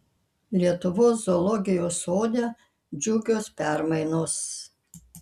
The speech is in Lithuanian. lietuvos zoologijos sode džiugios permainos